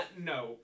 No